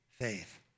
faith